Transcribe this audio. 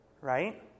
Right